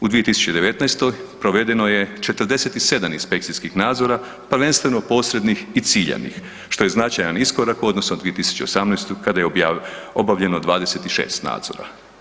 U 2019. provedeno je 47 inspekcijskih nadzora, prvenstveno posrednih i ciljanih, što je značajan iskorak u odnosu na 2018. kada je obavljeno 26. nadzora.